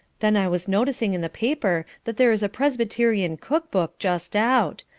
then i was noticing in the paper that there is a presbyterian cook-book just out.